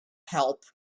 help